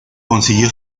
consiguió